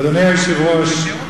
אדוני היושב-ראש,